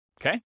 okay